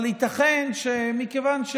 אבל ייתכן שמכיוון,